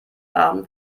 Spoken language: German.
abend